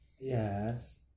Yes